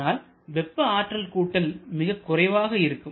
ஆனால் வெப்ப ஆற்றல் கூட்டல் மிகக் குறைவாக இருக்கும்